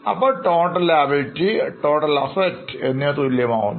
അപ്പോൾ Total liability Total Asset എന്നിവ തുല്യമാകുന്നു